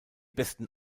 besten